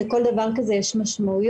לכל דבר כזה יש משמעויות,